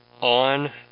on